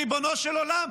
ריבונו של עולם,